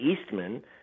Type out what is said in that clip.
Eastman